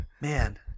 man